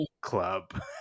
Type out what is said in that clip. club